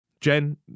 Jen